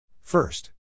First